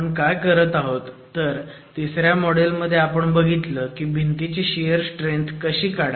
आपण काय करत आहोत तर तिसऱ्या मॉड्युल मध्ये आपण बघितलं की भिंतीची शियर स्ट्रेंथ कशी काढावी